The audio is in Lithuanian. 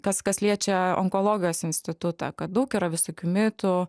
kas kas liečia onkologijos institutą kad daug yra visokių mitų